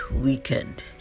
weekend